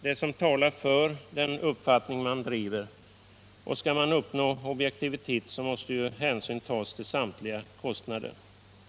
det som talar för den uppfattning man driver. Skall man uppnå objektivitet, måste ju hänsyn tas till samtliga kostnader.